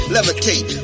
Levitate